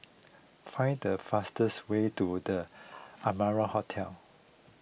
find the fastest way to the Amara Hotel